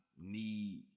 need